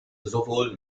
sowohl